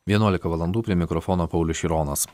vienuolika valandų prie mikrofono paulius šironas